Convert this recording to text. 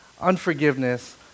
Unforgiveness